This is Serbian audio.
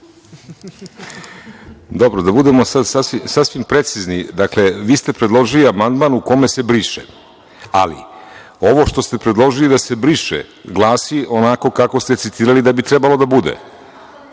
Dobro. Da budemo sada sasvim precizni. Dakle, vi ste predložili amandman u kome se briše, ali ovo što ste predložili da se briše glasi onako kao ste citirali da bi trebalo da bude.